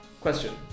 Question